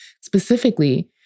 specifically